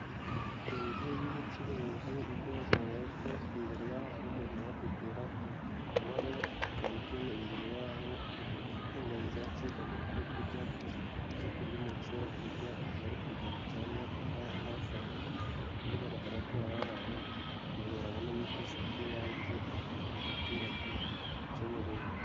Inzu y'ubucuruzi igaragara ko imbere yaho hari umuntu uhadotera, hakaba hariho kantine imbere y'aho inzu bacuruzamo ibyo kurya, ibyo kurya umuntu ashobora kujya ku rugendo cyangwa ari hafi aho, bigaragara ko ari ahantu umuntu yabonamo ibikoresho by'ibanze, mu giturage cyo mu rugo.